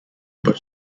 but